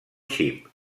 xip